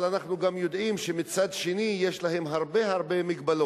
אבל אנחנו גם יודעים שמצד שני יש להם הרבה מגבלות,